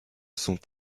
sont